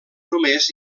només